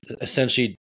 essentially